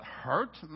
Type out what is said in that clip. hurt